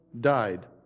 died